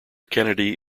kennedy